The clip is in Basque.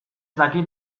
dakit